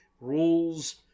rules